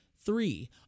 Three